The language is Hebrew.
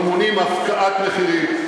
אנחנו מונעים הפקעת מחירים,